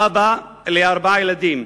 אבא לארבעה ילדים,